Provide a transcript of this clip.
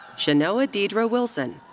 chenoa deidra wilson.